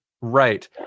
Right